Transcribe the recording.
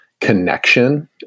connection